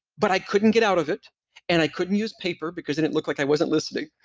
but i couldn't get out of it and i couldn't use paper because then it looked like i wasn't listening